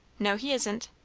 no, he isn't.